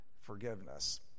forgiveness